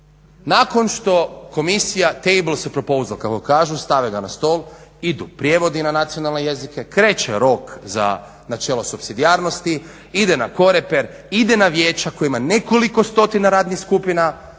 kako kažu stave ga na stol, idu prijevodi na nacionalne jezike, kreće rok za načelo supsidijarnosti, ide na coreper, ide na vijeća kojima nekoliki stotina radnih skupina.